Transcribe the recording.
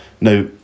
Now